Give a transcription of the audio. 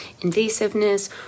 invasiveness